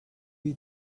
you